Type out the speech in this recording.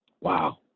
Wow